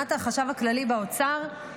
מבחינת החשב הכללי באוצר,